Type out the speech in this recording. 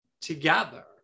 together